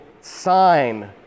sign